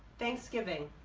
thanksgiving